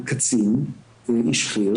בייחוד מאז הכניסה של ה-DSM5,